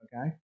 okay